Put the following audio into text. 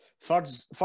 third's